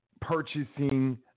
purchasing